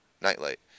nightlight